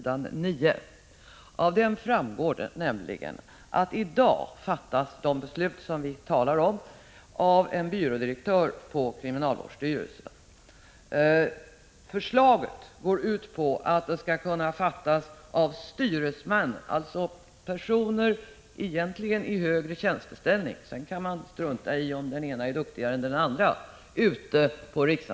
Där framgår nämligen att de beslut som vi talar om i dag fattas av en byrådirektör på kriminalvårdsstyrelsen. Förslaget går ut på att besluten skall kunna fattas av styresmän ute på riksanstalterna, alltså personer i högre tjänsteställning — om den ene sedan är duktigare än den andre är en annan fråga.